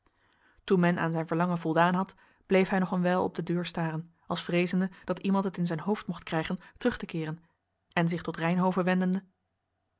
toen men aan zijn verlangen voldaan had bleef hij nog een wijl op de deur staren als vreezende dat iemand het in zijn hoofd mocht krijgen terug te keeren en zich tot reynhove wendende